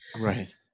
Right